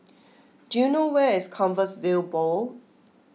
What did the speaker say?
do you know where is Compassvale Bow